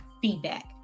feedback